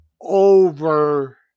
over